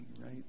right